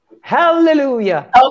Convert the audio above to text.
Hallelujah